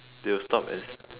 they will stop and